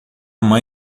mãe